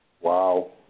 Wow